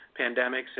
pandemics